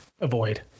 Avoid